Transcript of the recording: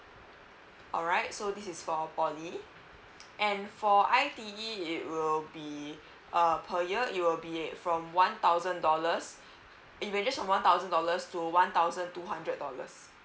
alright so this is for poly and for I_T_E it will be uh per year it will be it from one thousand dollars it ranges from one thousand dollars to one thousand two hundred dollars